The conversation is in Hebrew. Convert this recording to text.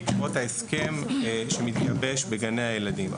בעקבות ההסכם שמתגבש בגני הילדים.